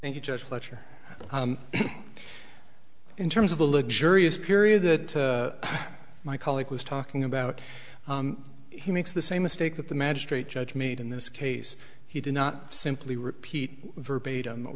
thank you judge fletcher in terms of the luxurious period that my colleague was talking about he makes the same mistake that the magistrate judge made in this case he did not simply repeat verbatim or